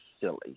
silly